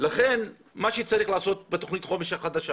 לכן מה שצריך לעשות בתוכנית החומש החדשה